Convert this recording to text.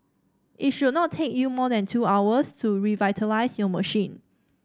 it should not take you more than two hours to revitalise your machine